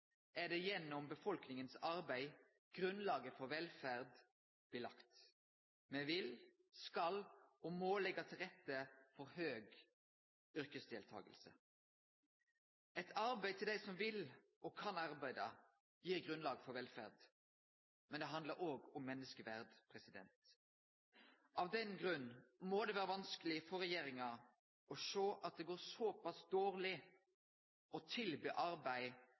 er det gjennom befolkningas arbeid grunnlaget for velferd blir lagt. Me vil, skal og må legge til rette for høg yrkesdeltaking. Arbeid til dei som vil og kan arbeide gir grunnlag for velferd. Men det handlar òg om menneskeverd. Av den grunn må det vere vanskeleg for regjeringa å sjå at det går såpass dårleg med å tilby arbeid